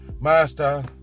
master